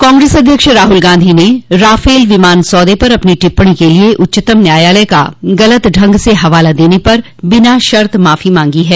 कांग्रेस अध्यक्ष राहल गांधी ने राफल विमान सौदे पर अपनी टिप्पणी के लिए उच्चतम न्यायालय का गलत ढंग से हवाला देने पर बिना शर्त माफी मांगी है